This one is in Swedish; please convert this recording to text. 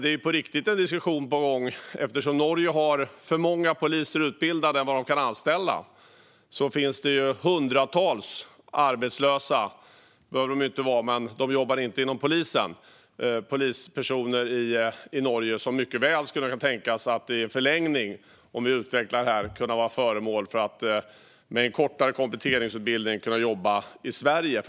Det pågår en diskussion; Norge har för många utbildade poliser och kan inte anställa dem alla. Det finns därför hundratals poliser i Norge som inte jobbar inom polisen. Om vi utvecklar samarbetet skulle de mycket väl, med en kortare kompletteringsutbildning, kunna tänkas jobba i Sverige.